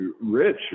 rich